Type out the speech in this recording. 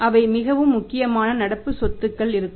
அவை மிகவும் முக்கியமான நடப்பு சொத்துக்கள் இருக்கும்